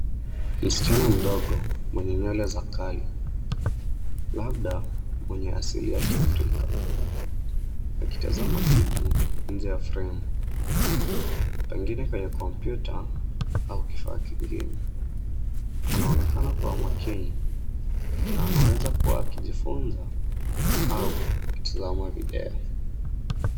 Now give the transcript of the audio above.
Msichana mdogo, mwenye nywele za kali, labda mwenye asili ya kiafrika akitazama kitu nje ya fremu pengine kwenye kompyuta au kifaa kiingine .Anaonekana kuwa makini na anawezakuwa akijifunza au akitazama video.